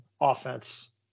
offense